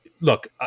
look